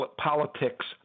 politics